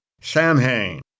Samhain